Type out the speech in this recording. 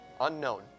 Unknown